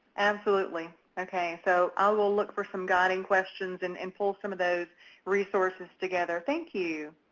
absolutely. ok. so i will look for some guiding questions and and pull some of those resources together. thank you.